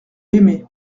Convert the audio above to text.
aimé